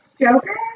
Joker